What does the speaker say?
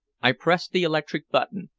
i pressed the electric button,